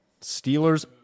Steelers